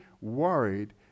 worried